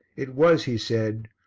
it was, he said,